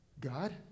God